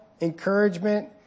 encouragement